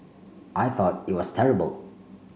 I thought it was terrible